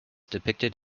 depicted